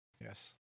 Yes